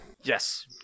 Yes